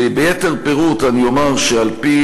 ביתר פירוט אני אומר, שעל-פי